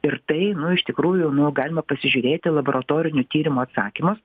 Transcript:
ir tai nu iš tikrųjų nu galima pasižiūrėti laboratorinių tyrimų atsakymus